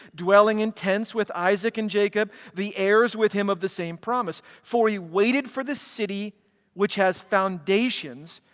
dwelling in tents with isaac and jacob, the heirs with him of the same promise for he waited for the city which has foundations,